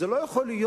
לא יכול להיות